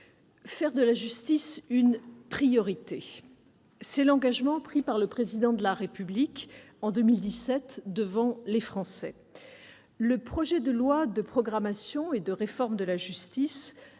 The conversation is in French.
faire de la justice une priorité : c'est l'engagement qu'avait pris le Président de la République en 2017 devant les Français. Le projet de loi de programmation et de réforme pour la justice